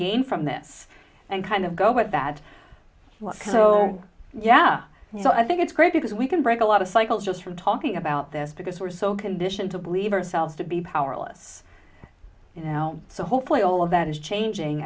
gain from this and kind of go but that was so yeah and so i think it's great because we can break a lot of cycles just from talking about this because we're so conditioned to believe ourselves to be powerless you know so hopefully all of that is changing